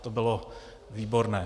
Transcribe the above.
To bylo výborné.